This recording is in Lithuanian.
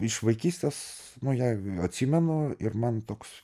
iš vaikystės nu ją atsimenu ir man toks